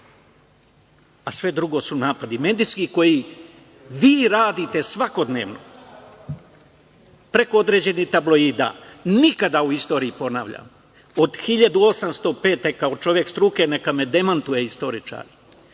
a sve drugo su napadi medijski koje vi radite svakodnevno, preko određenih tabloida. Nikada u istoriji, ponavljam, od 1805. godine, kao čovek struke, neka me demantuje istoričar,